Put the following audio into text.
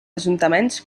ajuntaments